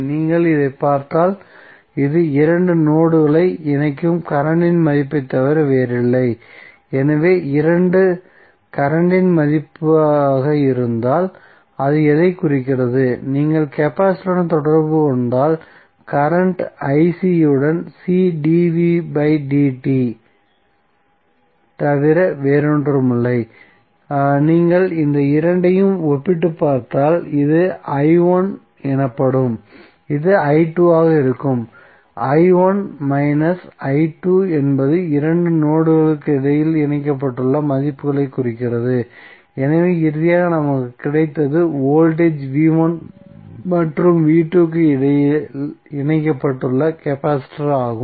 நீங்கள் இதைப் பார்த்தால் இது இரண்டு நோட்களை இணைக்கும் கரண்ட்டின் மதிப்பைத் தவிர வேறில்லை எனவே இது கரண்ட்டின் மதிப்பாக இருந்தால் அது எதைக் குறிக்கிறது நீங்கள் கெபாசிட்டருடன் தொடர்பு கொண்டால் கரண்ட் யுடன் C dvdt தவிர வேறு ஒன்றும் இல்லை நீங்கள் இந்த இரண்டையும் ஒப்பிட்டுப் பார்த்தால் இது i1 எனப்படும் இது i2 ஆக இருக்கும் i1 மைனஸ் i2 என்பது இரண்டு நோட்களுக்கு இடையில் இணைக்கப்பட்டுள்ள மதிப்புகளைக் குறிக்கிறது எனவே இறுதியாக நமக்குக் கிடைத்தது வோல்டேஜ் v1 மற்றும் v2 க்கு இடையில் இணைக்கப்பட்ட கெபாசிட்டர் ஆகும்